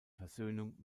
versöhnung